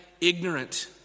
ignorant